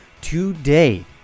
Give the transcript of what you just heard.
Today